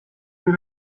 been